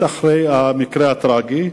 אחרי המקרה הטרגי,